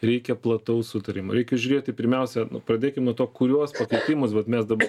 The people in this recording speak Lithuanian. reikia plataus sutarimo reikia žiūrėti pirmiausia nu pradėkim nuo to kuriuos pakeitimus vat mes daba